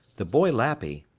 the boy lappy,